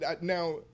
now